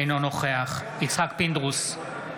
אינו נוכח יצחק פינדרוס,